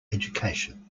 education